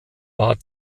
war